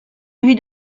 lui